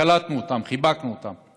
קלטנו אותם, חיבקנו אותם,